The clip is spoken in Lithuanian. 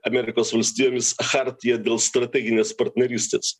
amerikos valstijomis chartiją dėl strateginės partnerystės